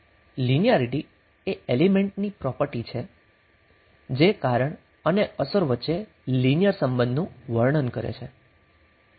linearity element ની property છે જે કારણ અને અસર વચ્ચેના લિનિયર સંબંધ નું વર્ણન કરે છે